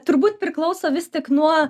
turbūt priklauso vis tik nuo